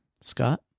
Scott